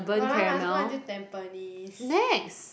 !walao! must go until Tampines